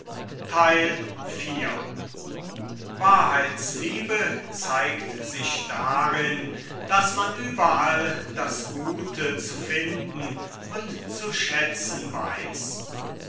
wahrheitsliebe zeigt sich darin daß man überall das gute zu finden und zu schätzen weiß